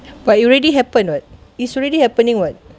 but it already happened [what] is already happening [what]